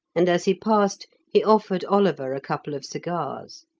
and as he passed he offered oliver a couple of cigars.